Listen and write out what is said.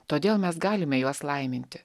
todėl mes galime juos laiminti